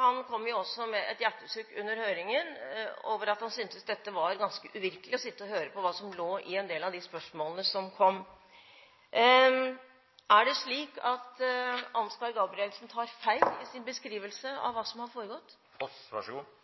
Han kom også med et hjertesukk under høringen om at han syntes det var ganske uvirkelig å sitte og høre på hva som lå i en del av de spørsmålene som kom. Er det slik at Ansgar Gabrielsen tar feil i sin beskrivelse av hva som har foregått?